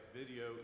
video